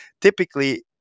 typically